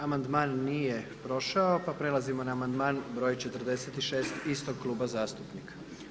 Amandman nije prošao pa prelazimo na amandman 46. istog kluba zastupnika.